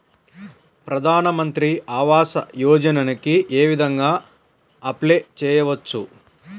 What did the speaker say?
ప్రధాన మంత్రి ఆవాసయోజనకి ఏ విధంగా అప్లే చెయ్యవచ్చు?